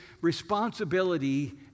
responsibility